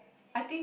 I think